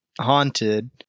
haunted